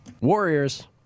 Warriors